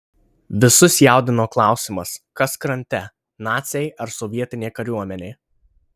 visus jaudino klausimas kas krante naciai ar sovietinė kariuomenė